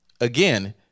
Again